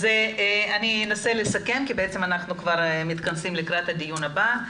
אני אסכם כי בעצם אנחנו כבר מתכנסים לקראת הדיון הבא.